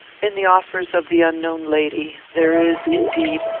in the offers of the unknown lady there is, indeed,